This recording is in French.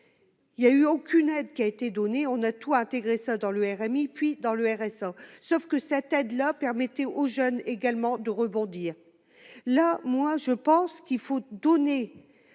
il y a eu aucune aide qui a été donné, on a tout intégré ça dans le RMI, puis dans le RSA, sauf que cette aide là aux jeunes également de rebondir là, moi je pense qu'il faut donner,